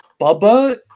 Bubba